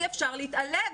אי-אפשר להתעלם,